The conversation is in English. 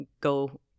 go